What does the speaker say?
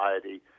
society